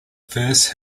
first